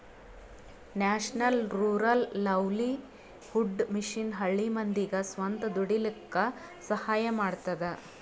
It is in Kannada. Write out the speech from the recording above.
national rural livelihood mission ಹಳ್ಳಿ ಮಂದಿಗ್ ಸ್ವಂತ ದುಡೀಲಕ್ಕ ಸಹಾಯ ಮಾಡ್ತದ